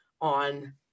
on